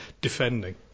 defending